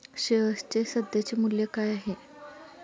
शेअर्सचे सध्याचे मूल्य काय आहे?